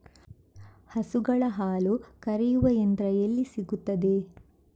ಹಸುಗಳ ಹಾಲು ಕರೆಯುವ ಯಂತ್ರ ಎಲ್ಲಿ ಸಿಗುತ್ತದೆ?